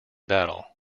battle